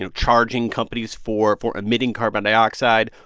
and charging companies for for emitting carbon dioxide,